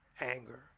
anger